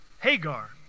Hagar